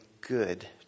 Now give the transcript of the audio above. good